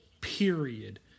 period